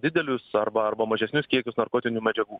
didelius arba arba mažesnius kiekius narkotinių medžiagų